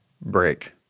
break